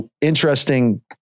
interesting